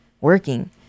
working